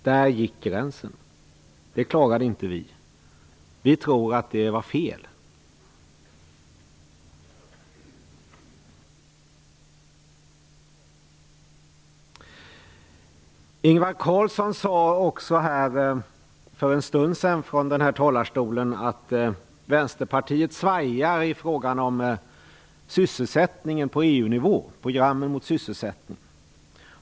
Det klarade inte vi. Vi tror att det var fel att sänka nivåerna. Ingvar Carlsson sade för en stund sedan från talarstolen att Vänsterpartiet svajade i fråga om sysselsättningen på EU-nivå, programmet för sysselsättningen.